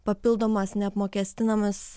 papildomas neapmokestinamas